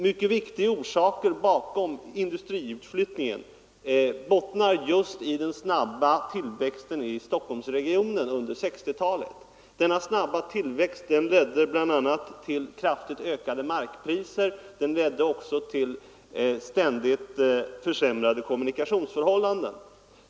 Mycket viktiga orsaker till industriutflyttningen är att söka just i den snabba tillväxten i Stockholmsregionen under 1960-talet. Den här snabba tillväxten ledde bl.a. till kraftigt ökade markpriser och även till ständigt försämrade kommunikationsförhållanden.